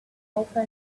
open